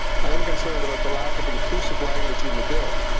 i am concerned about the lack of inclusive language in the bill.